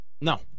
No